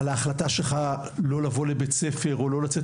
על ההחלטה שלך לא לבוא לבית ספר או לא לצאת